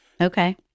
Okay